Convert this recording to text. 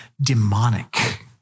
demonic